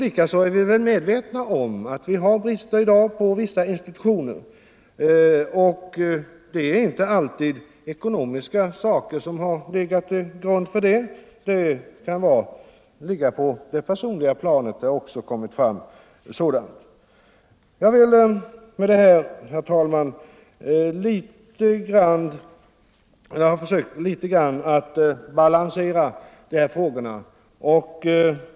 Vi är väl medvetna om att det finns brister i dag på vissa institutioner, men det är inte alltid ekonomiska svårigheter som har legat till grund för dem; orsaken kan ligga på det personliga planet, det har också kommit fram. Jag har med detta, herr talman, försökt ge en smula balans åt diskussionen om de här frågorna.